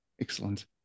Excellent